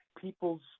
people's